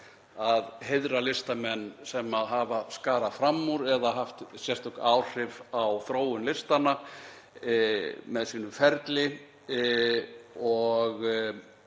að heiðra listamenn sem hafa skarað fram úr eða haft sérstök áhrif á þróun listanna með sínum ferli en